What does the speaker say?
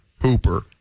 Hooper